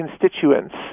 constituents